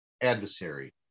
adversary